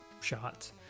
shots